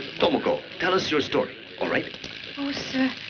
tomoko, tell us your story, all right? oh sir,